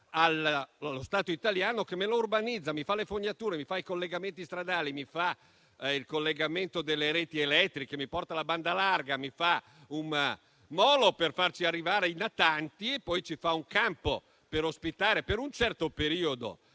allo Stato italiano, che lo urbanizza, fa le fognature, i collegamenti stradali, il collegamento delle reti elettriche, porta la banda larga, fa un molo per farci arrivare i natanti e poi ci fa un campo per ospitare per un certo periodo